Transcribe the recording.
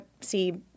see